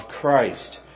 Christ